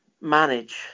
manage